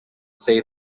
say